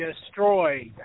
destroyed